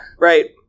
Right